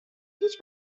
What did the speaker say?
هیچ